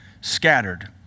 scattered